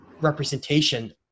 representation